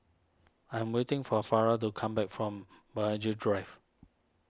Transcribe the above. I'm waiting for Farrah to come back from Burghley Drive